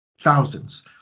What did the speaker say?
Thousands